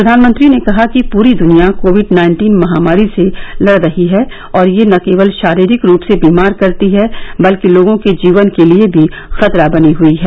प्रधानमंत्री ने कहा कि पूरी दुनिया कोविड नाइन्टीन महामारी से लड़ रही है और यह न केवल शारीरिक रूप से बीमार करती है बल्कि लोगों के जीवन के लिए भी खतरा बनी हई है